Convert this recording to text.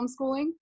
homeschooling